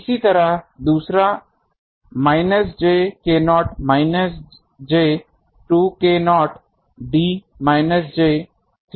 इसी तरह दूसरा minus j k0 minus j 2 k0 d minus j 3 k0 d आदि